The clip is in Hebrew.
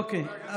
אוקיי,